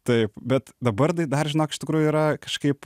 taip bet dabar tai dar žinok iš tikrųjų yra kažkaip